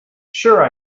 sure